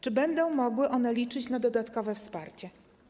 Czy będą mogły one liczyć na dodatkowe wsparcie?